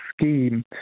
scheme